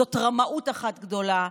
זאת רמאות אחת גדולה,